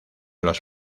los